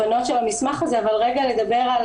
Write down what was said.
רגע לדבר על